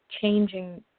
changing